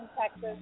Texas